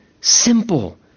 simple